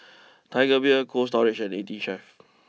Tiger Beer Cold Storage and eighteen Chef